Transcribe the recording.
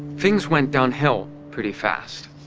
things went downhill pretty fast.